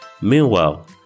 Meanwhile